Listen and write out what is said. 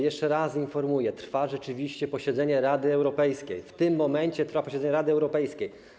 Jeszcze raz informuję, rzeczywiście trwa posiedzenie Rady Europejskiej, w tym momencie trwa posiedzenie Rady Europejskiej.